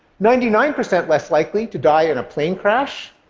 ninety nine percent less likely to die in a plane crash,